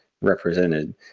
represented